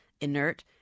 inert